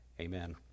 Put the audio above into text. Amen